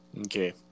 Okay